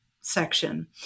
section